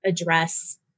address